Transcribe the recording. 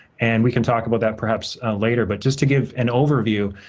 and we can talk about that, perhaps, later. but, just to give an overview,